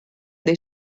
dei